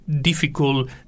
difficult